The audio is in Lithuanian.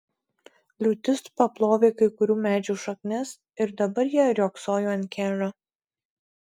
liūtis paplovė kai kurių medžių šaknis ir dabar jie riogsojo ant kelio